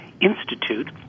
Institute